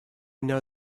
know